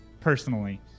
personally